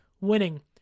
winning